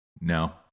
no